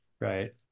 right